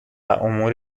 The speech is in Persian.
امور